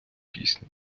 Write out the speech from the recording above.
пісні